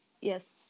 yes